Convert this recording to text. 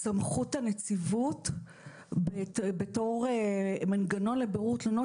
סמכות הנציבות בתור מנגנון לבירור תלונות